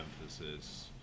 emphasis